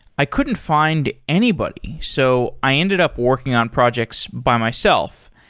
i couldn't find anybody, so i ended up working on projects by myself.